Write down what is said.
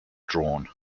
drawn